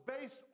based